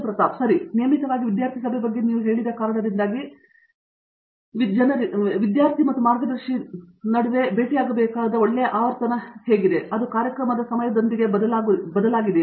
ಪ್ರತಾಪ್ ಹರಿಡೋಸ್ ಸರಿಯೆಂದರೆ ನಿಯಮಿತವಾಗಿ ವಿದ್ಯಾರ್ಥಿ ಸಭೆ ಬಗ್ಗೆ ನೀವು ಹೇಳಿದ ಕಾರಣದಿಂದಾಗಿ ಜನರಿಗೆ ಅವರ ಮಾರ್ಗದರ್ಶಿಗಳನ್ನು ಭೇಟಿ ಮಾಡಬೇಕಾದ ಒಳ್ಳೆಯ ಆವರ್ತನ ಮತ್ತು ನಿಮ್ಮ ಕಾರ್ಯಕ್ರಮದ ಸಮಯದೊಂದಿಗೆ ಅದು ಬದಲಾಗುತ್ತಿರುತ್ತದೆ